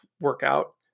workout